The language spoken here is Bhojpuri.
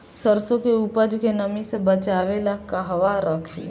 सरसों के उपज के नमी से बचावे ला कहवा रखी?